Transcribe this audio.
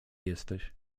jesteś